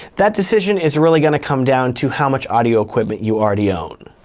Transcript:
that decision is really gonna come down to how much audio equipment you already own.